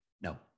No